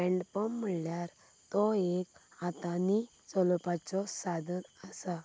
hand pump म्हणल्यार तो एक हातांनी चलोवपाचो सादन आसा